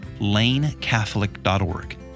lanecatholic.org